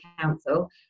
council